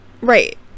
Right